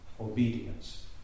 obedience